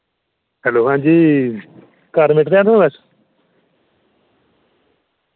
hello हांजी carpet हैन थोआड़े कच्छ